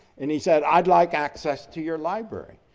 and he said, i'd like access to your library.